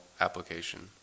application